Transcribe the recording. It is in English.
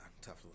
tough